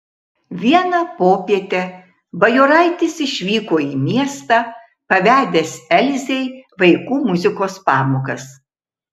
vieną popietę bajoraitis išvyko į miestą pavedęs elzei vaikų muzikos pamokas